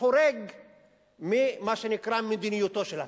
חורג ממה שנקרא: מדיניותו של השר.